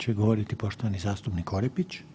će govoriti poštovani zastupnik Orepić.